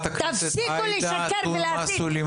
תפסיקו לשקר ולהסית.